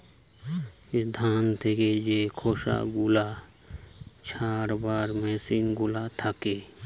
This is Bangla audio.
ধান থেকে যে খোসা গুলা ছাড়াবার মেসিন গুলা থাকে